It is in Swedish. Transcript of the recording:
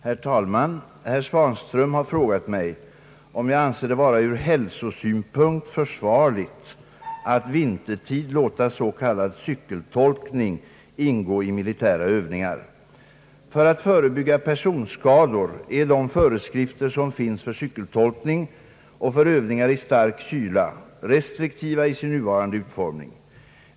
Herr talman! Herr Svanström har frågat mig om jag anser det vara ur hälsosynpunkt försvarligt att vintertid låta s.k. cykeltolkning ingå i militära övningar. För att förebygga personskador är de föreskrifter som finns för cykeltolkning och för övningar i stark kyla restriktiva i sin nuvarande utformning.